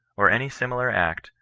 or any similar act,